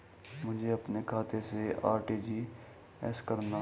मुझे अपने खाते से आर.टी.जी.एस करना?